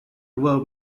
river